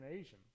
Asian